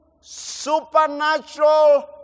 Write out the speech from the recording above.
supernatural